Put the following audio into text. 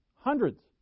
Hundreds